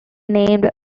named